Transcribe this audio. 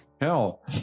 hell